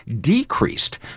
decreased